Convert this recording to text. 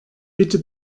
bitte